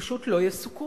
פשוט לא יסוקרו.